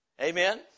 Amen